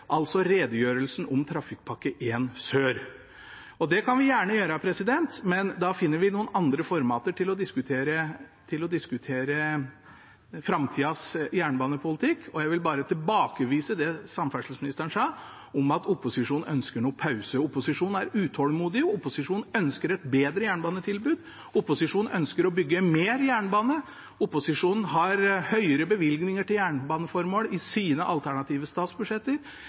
altså redegjørelsen om Trafikkpakke 1 Sør. Det kan vi gjerne ta, men vi får finne noen andre formater til å diskutere framtidas jernbanepolitikk. Jeg vil bare tilbakevise det samferdselsministeren sa om at opposisjonen ønsker pause. Opposisjonen er utålmodig, opposisjonen ønsker et bedre jernbanetilbud, opposisjonen ønsker å bygge mer jernbane, opposisjonen har høyere bevilgninger til jernbaneformål i sine alternative statsbudsjetter,